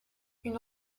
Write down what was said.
une